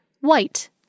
White